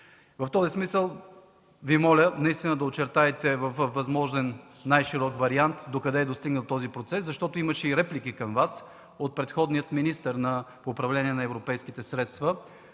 В този смисъл Ви моля да очертаете във възможно най-широк вариант докъде е достигнат този процес. Имаше и реплики към Вас от предходния министър по управление на европейските средства